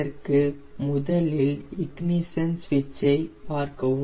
அதற்கு முதலில் இக்னிஷன் சுவிட்சைப் பார்க்கவும்